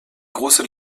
große